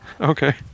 Okay